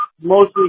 mostly